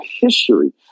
history